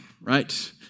right